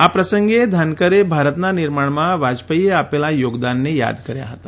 આ પ્રસંગે ધાનકરે ભારતના નિર્માણમાં વાજપેઇએ આપેલા યોગદાનને યાદ કર્યા હતા